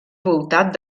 voltat